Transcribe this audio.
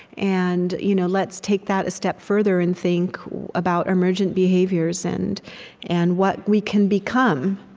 and you know let's take that a step further and think about emergent behaviors and and what we can become.